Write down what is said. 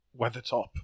Weathertop